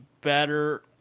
better